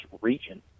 region